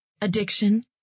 addiction